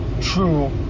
True